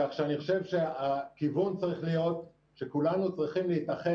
כך שאני חושב שהכיוון צריך להיות שכולנו צריכים להתאחד